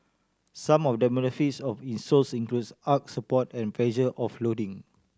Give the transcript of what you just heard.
some of the of insoles includes arch support and pressure offloading